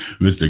Mr